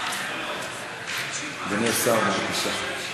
אדוני השר, בבקשה.